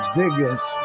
biggest